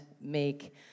make